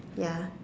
ya